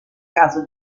caso